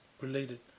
related